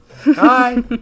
Hi